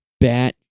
bat